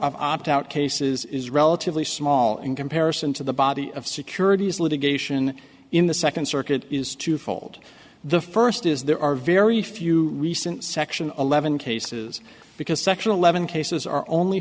of opt out cases is relatively small in comparison to the body of securities litigation in the second circuit is twofold the first is there are very few recent section eleven cases because sexual eleven cases are only